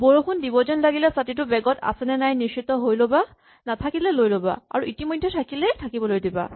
বৰষুণ দিব যেন লাগিলে ছাতিটো বেগত আছে নে নাই নিশ্চিত হৈ ল'বা নাথাকিলে লৈ ল'বা আৰু ইতিমধ্যে থাকিলেই থাকিবলে দিবা